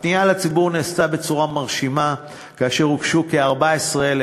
הפנייה לציבור נעשתה בצורה מרשימה כאשר הוגשו כ-14,000,